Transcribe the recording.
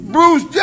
Bruce